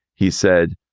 he said,